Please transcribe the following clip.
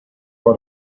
for